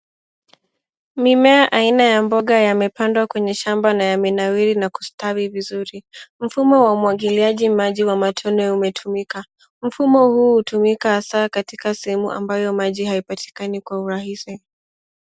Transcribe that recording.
Mimea aina ya mboga yamepandwa kwenye shamba na yamenawiri na kustawi vizuri. Mfumo wa umwagiliaji maji wa matone umetumika. Mfumo huu hutumika hasa katika sehemu ambayo maji hayapatikani kwa urahisi.